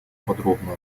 подробно